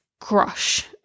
crush